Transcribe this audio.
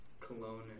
Cologne